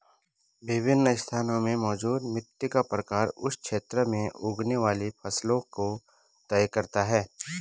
विभिन्न स्थानों में मौजूद मिट्टी का प्रकार उस क्षेत्र में उगने वाली फसलों को तय करता है